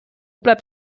bleibt